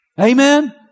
Amen